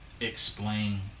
explain